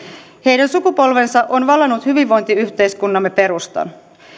heidän sukupolvensa on valanut hyvinvointiyhteiskuntamme perustan